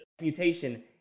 Mutation